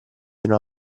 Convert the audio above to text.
una